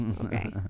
okay